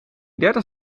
dertig